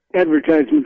advertisement